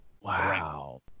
Wow